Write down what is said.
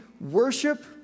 worship